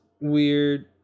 weird